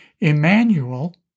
Emmanuel